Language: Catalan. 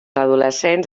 adolescents